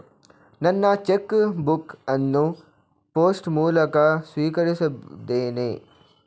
ನನ್ನ cheque book ಅನ್ನು post ಮೂಲಕ ಸ್ವೀಕರಿಸಿದ್ದೇನೆ